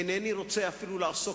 אינני רוצה אפילו לעסוק,